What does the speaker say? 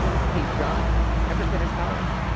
um steve jobs, never finished college,